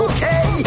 Okay